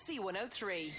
C103